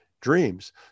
dreams